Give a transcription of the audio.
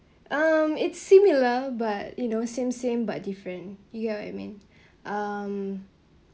um it's similar but you know same same but different you get what I mean um I am